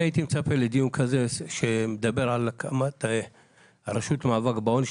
אני הייתי מצפה בדיון כזה שמדבר על הקמת הרשות למאבק בעוני,